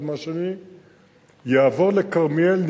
יעבור לכרמיאל.